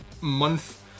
month